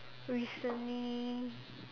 recently